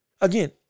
Again